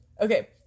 Okay